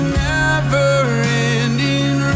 never-ending